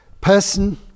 person